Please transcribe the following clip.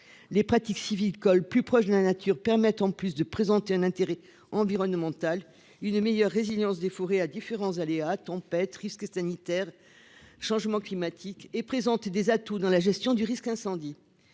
Les pratiques civils colle plus proche de la nature permettent, en plus de présenter un intérêt environnemental une meilleure résilience des forêts à différents aléas tempête risque sanitaire, changement climatique et présenter des atouts dans la gestion du risque incendie.